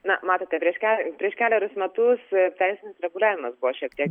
na matote prieš ke prieš kelerius metus teisinis reguliavimas buvo šiek tiek